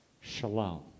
shalom